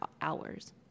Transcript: hours